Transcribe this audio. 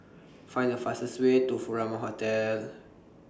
Find The fastest Way to Furama Hotel